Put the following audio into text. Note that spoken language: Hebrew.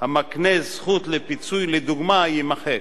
המקנה זכות לפיצוי לדוגמה יימחק.